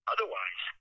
Otherwise